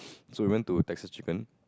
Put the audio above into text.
so we went to Texas-Chicken